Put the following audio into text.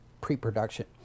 pre-production